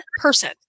person